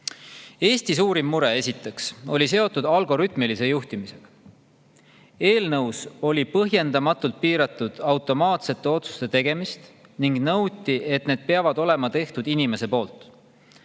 Eesti suurim mure oli esiteks seotud algoritmilise juhtimisega. Eelnõus oli põhjendamatult piiratud automaatsete otsuste tegemist ning nõuti, et neid peab tegema inimene.